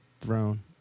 throne